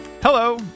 Hello